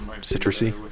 Citrusy